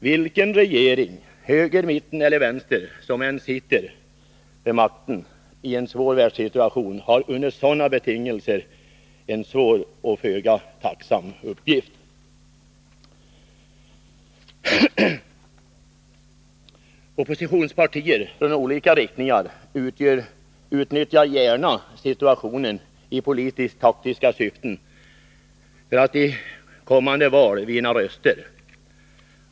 Vilken regering — den må komma från höger, mitten eller vänster — som än sitter vid makten i en svår världssituation har under sådana betingelser en svår och föga tacksam uppgift. Oppositionspartier från olika riktningar utnyttjar gärna situationen i politisk-taktiska syften för att i kommande val vinna röster.